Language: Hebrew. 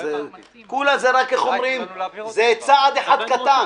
זה צעד אחד קטן.